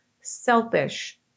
selfish